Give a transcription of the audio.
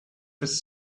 his